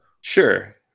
sure